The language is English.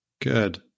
Good